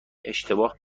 اشتباه